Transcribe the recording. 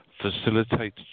facilitate